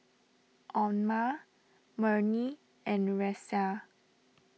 Omar Murni and Raisya